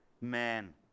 man